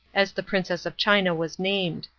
as the princess of china was named.